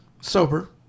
sober